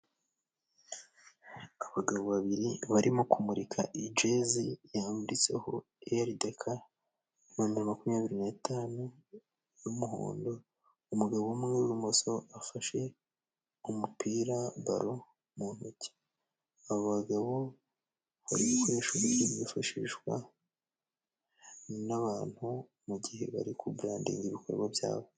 Abagabo babiri barimo kumurika ijezi yanditseho elideka, nomero makumyabiri n'itanu, y'umuhondo, umugabo umwe w'ibumoso afashe umupira balo mu ntoki. Abo bagabo bafite ibikoresho byifashishwa n'abantu mu gihe bari kuganira ibikorwa byabo.